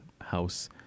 house